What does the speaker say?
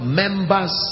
members